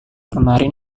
kemarin